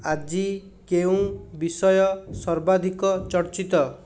ଆଜି କେଉଁ ବିଷୟ ସର୍ବାଧିକ ଚର୍ଚ୍ଚିତ